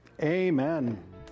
amen